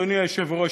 אדוני היושב-ראש,